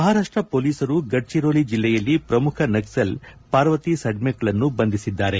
ಮಹಾರಾಷ್ಟ ಮೊಲೀಸರು ಗಡ್ಡಿರೋಲ ಜಿಲ್ಲೆಯಲ್ಲಿ ಪ್ರಮುಖ ನಕ್ಸಲ್ ಪಾರ್ವತಿ ಸಡ್ಕೆಕ್ಳನ್ನು ಬಂಧಿಸಿದ್ದಾರೆ